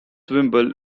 wimble